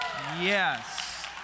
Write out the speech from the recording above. Yes